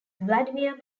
vladimir